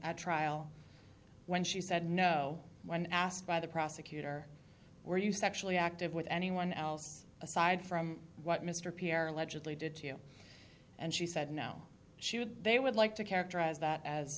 at trial when she said no when asked by the prosecutor were you sexually active with anyone else aside from what mr p r allegedly did to you and she said no she would they would like to characterize that as